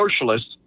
socialists